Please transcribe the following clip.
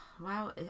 Wow